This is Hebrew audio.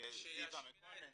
זיוה מקונן --- כדי שישמעו